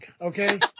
okay